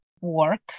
work